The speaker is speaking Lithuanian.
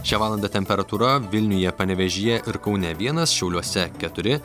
šią valandą temperatūra vilniuje panevėžyje ir kaune vienas šiauliuose keturi